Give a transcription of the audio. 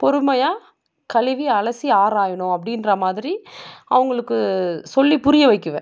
பொறுமையாக கழுவி அலசி ஆராயனும் அப்படின்ற மாதிரி அவங்குளுக்கு சொல்லி புரிய வைக்கிவன்